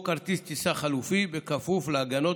או כרטיס טיסה חלופי בכפוף להגנות